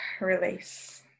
release